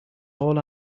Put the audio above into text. all